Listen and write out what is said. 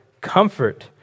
comfort